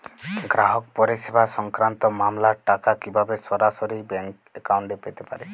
গ্রাহক পরিষেবা সংক্রান্ত মামলার টাকা কীভাবে সরাসরি ব্যাংক অ্যাকাউন্টে পেতে পারি?